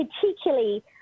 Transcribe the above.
particularly